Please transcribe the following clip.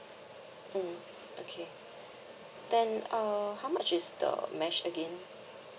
mm okay then uh how much is the mesh again